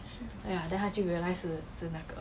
!aiya! then 他就 realise 是是那个